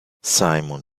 simon